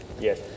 Yes